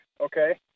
okay